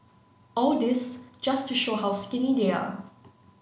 all this just to show how skinny they are